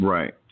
Right